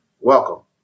welcome